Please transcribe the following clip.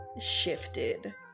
shifted